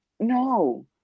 No